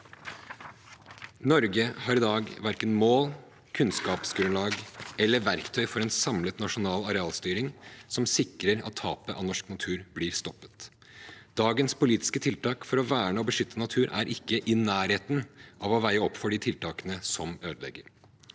Norge har i dag verken mål, kunnskapsgrunnlag eller verktøy for en samlet nasjonal arealstyring som sikrer at tapet av norsk natur blir stoppet. Dagens politiske tiltak for å verne og beskytte natur er ikke i nærheten av å veie opp for de tiltakene som ødelegger.